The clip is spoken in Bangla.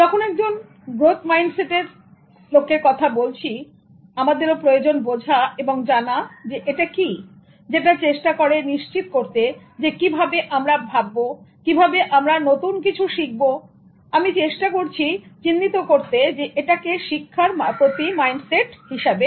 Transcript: যখন একজন গ্রোথ মাইন্ডসেটের বলছি আমাদেরও প্রয়োজন বোঝা এবং জানা এটা কি যেটা চেষ্টা করে নিশ্চিত করতে কিভাবে আমরা ভাববো কিভাবে আমরা নতুন কিছু শিখব আমি চেষ্টা করছি চিহ্নিত করতে এটাকে শিক্ষার প্রতি মাইন্ড সেট হিসাবে